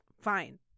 fine